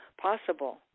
possible